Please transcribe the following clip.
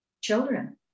children